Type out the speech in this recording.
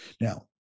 Now